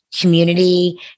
community